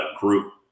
group